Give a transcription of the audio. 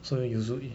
so usually